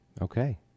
Okay